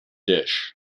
dish